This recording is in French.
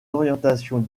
orientations